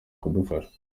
kudufasha